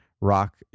rock